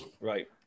Right